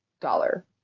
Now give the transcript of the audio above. dollar